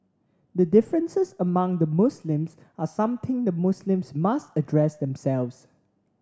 the differences among the Muslims are something the Muslims must address themselves